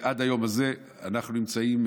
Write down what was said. עד היום הזה אנחנו נמצאים,